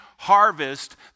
harvest